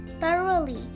Thoroughly